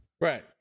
Right